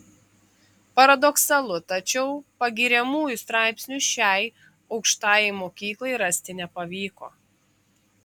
paradoksalu tačiau pagiriamųjų straipsnių šiai aukštajai mokyklai rasti nepavyko